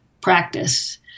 practice